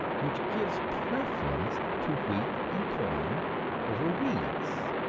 which gives preference to wheat and corn over weeds,